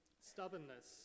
stubbornness